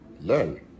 learn